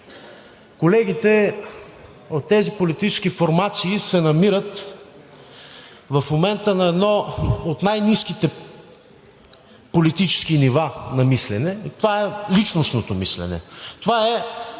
Колегите от тези политически формации се намират в момента на едно от най-ниските политически нива на мислене, това е личностното мислене. Това е,